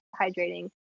hydrating